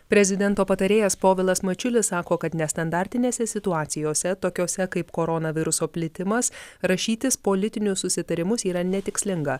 prezidento patarėjas povilas mačiulis sako kad nestandartinėse situacijose tokiose kaip koronaviruso plitimas rašytis politinius susitarimus yra netikslinga